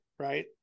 Right